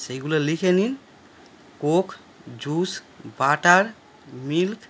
সেইগুলো লিখে নিন কোক জুস বাটার মিল্ক